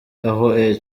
aho